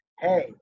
hey